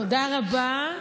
תודה רבה.